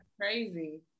crazy